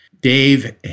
Dave